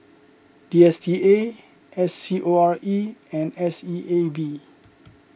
D S T A S C O R E and S E A B